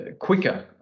quicker